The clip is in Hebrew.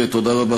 תודה רבה,